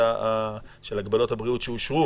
במסגרת הגבלות הבריאות שאושרו,